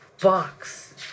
box